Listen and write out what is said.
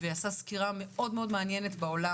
נתי יראה סקירה משווה אל מול היחס של מדינות אחרות בעולם,